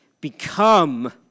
become